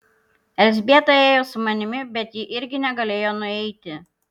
elzbieta ėjo su manimi bet ji irgi negalėjo nueiti